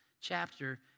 chapter